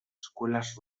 escuelas